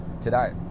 today